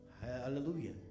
hallelujah